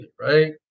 right